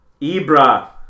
Ibra